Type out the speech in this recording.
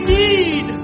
need